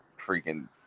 freaking